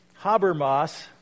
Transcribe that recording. Habermas